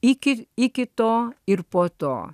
iki iki to ir po to